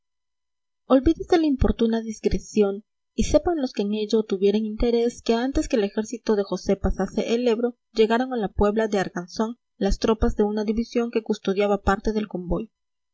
olvídese la importuna digresión y sepan los que en ello tuvieren interés que antes que el ejército de josé pasase el ebro llegaron a la puebla de arganzón las tropas de una división que custodiaba parte del convoy